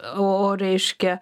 o reiškia